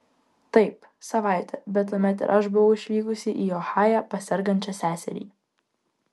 taip savaitę bet tuomet ir aš buvau išvykusi į ohają pas sergančią seserį